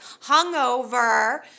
hungover